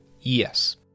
Yes